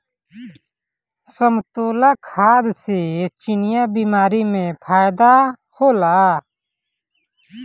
समतोला खाए से चिनिया बीमारी में फायेदा होला